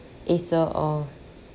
acer oh